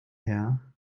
her